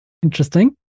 Interesting